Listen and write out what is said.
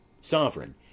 Sovereign